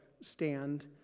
stand